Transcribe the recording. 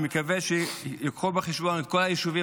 אני מקווה שייקחו בחשבון את כל היישובים